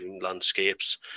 landscapes